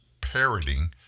parroting